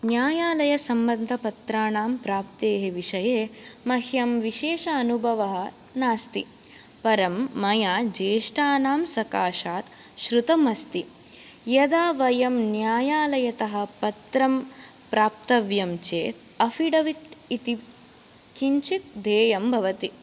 न्यायालयसम्बन्धपत्राणां प्राप्तेः विषये मह्यं विशेष अनुभव नास्ति परं मया ज्येष्ठानां सकाशात् श्रुतमस्ति यदा वयं न्यायालयतः पत्रं प्राप्तव्यं चेत् अफ़िडविट् इति किञ्चित् देयं भवति